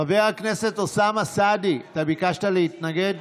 חבר הכנסת אוסאמה סעדי, אתה ביקשת להתנגד?